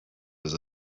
was